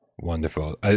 Wonderful